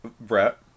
Brett